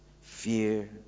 fear